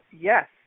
yes